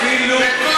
ואת כל,